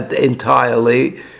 entirely